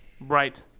Right